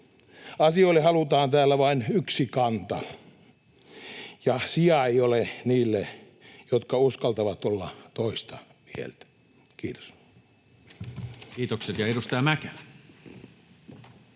Asioille halutaan täällä vain yksi kanta, ja sijaa ei ole niille, jotka uskaltavat olla toista mieltä. — Kiitos. [Speech 102]